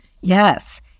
Yes